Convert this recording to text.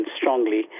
strongly